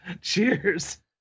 cheers